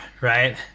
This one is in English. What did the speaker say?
right